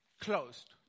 closed